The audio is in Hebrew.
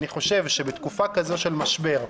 אני חושב שבתקופה כזאת של משבר,